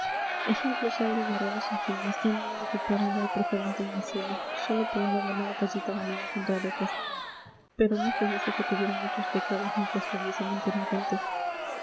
ejemplos hay de guerreros insignes que han ido a ocupar lugar preferente en el cielo sólo por una buena batallita ganada contra herejes pero no se dice que tuvieran muchos pecados ni que estuviesen impenitentes